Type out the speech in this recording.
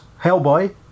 Hellboy